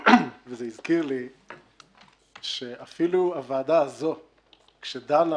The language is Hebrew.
זה הזכיר לי שאפילו הוועדה הזו כשדנה